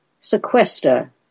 sequester